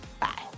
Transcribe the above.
Bye